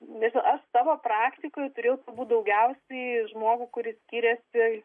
nežinau aš savo praktikoj turėjau daugiausiai žmogų kuris skyrėsi